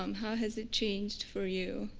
um how has it changed for you?